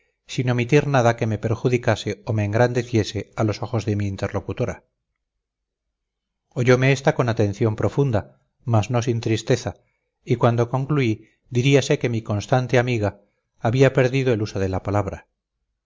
sin omitir nada que me perjudicase o me engrandeciese a los ojos de mi interlocutora oyome esta con atención profunda mas no sin tristeza y cuando concluí diríase que mi constante amiga había perdido el uso de la palabra